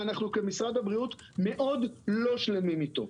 אנחנו כמשרד הבריאות מאוד לא שלמים איתו.